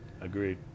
agreed